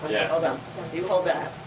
hold on. you hold that.